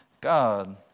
God